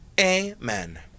Amen